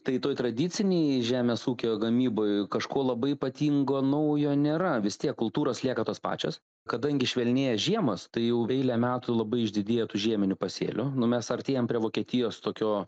tai toj tradicinėj žemės ūkio gamyboj kažko labai ypatingo naujo nėra vis tiek kultūros lieka tos pačios kadangi švelnėja žiemos tai jau eilę metų labai išdidėja tų žieminių pasėlių nu mes artėjam prie vokietijos tokio